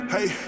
Hey